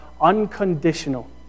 unconditional